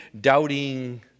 doubting